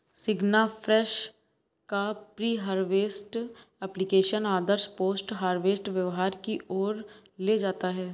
सिग्नाफ्रेश का pre harvest application आदर्श post harvest व्यवहार की ओर ले जाता है